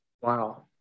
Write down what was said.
Wow